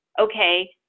okay